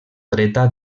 dreta